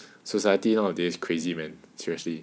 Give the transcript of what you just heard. society nowadays crazy man seriously